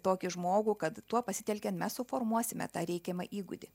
tokį žmogų kad tuo pasitelkiant mes suformuosime tą reikiamą įgūdį